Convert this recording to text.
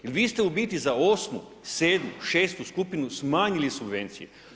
Jer vi ste u biti za osmu, sedmu, šestu skupinu smanjili subvencije.